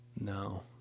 No